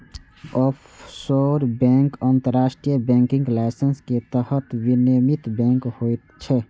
offshore bank अंतरराष्ट्रीय banking license के तहत विनियमित बैंक होइ छै